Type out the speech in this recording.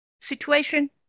situation